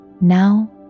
now